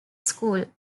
school